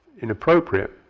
inappropriate